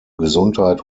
gesundheit